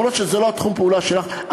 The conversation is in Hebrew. גם אם זה לא תחום הפעולה שלך,